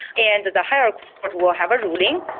and the higher court will have a ruling,